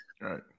Right